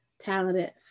talented